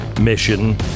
mission